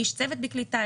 איש צוות בכלי טיס,